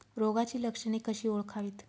रोगाची लक्षणे कशी ओळखावीत?